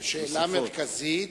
גם שאלה מרכזית,